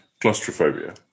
claustrophobia